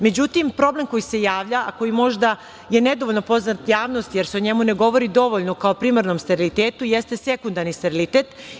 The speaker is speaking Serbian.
Međutim, problem koji se javlja, a koji je možda nedovoljno poznat javnosti, jer se o njemu ne govori dovoljno kao o primarnom sterilitetu, jeste sekundarni sterilitet.